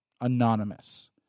anonymous